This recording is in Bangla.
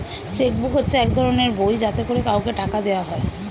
চেক বুক হচ্ছে এক ধরনের বই যাতে করে কাউকে টাকা দেওয়া হয়